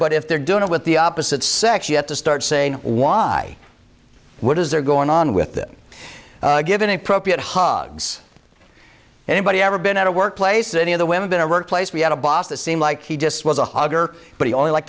but if they're doing it with the opposite sex you have to start saying why would is there going on with that given appropriate hog's anybody ever been at a workplace or any of the women been a workplace we had a boss that seemed like he just was a hugger but he only like